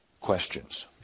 questions